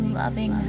loving